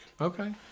Okay